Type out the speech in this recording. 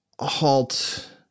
Halt